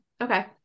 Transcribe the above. Okay